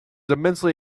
immensely